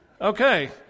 Okay